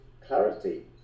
clarity